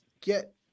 get